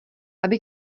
aby